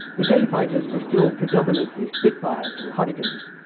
the day fighters were still predominantly spitfires and hurricanes,